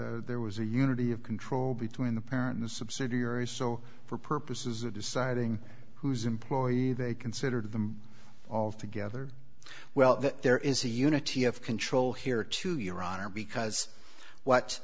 that there was a unity of control between the parent and subsidiary so for purposes of deciding whose employee they considered them all together well there is a unity of control here to your honor because what